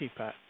keypad